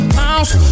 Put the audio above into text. house